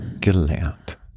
gelernt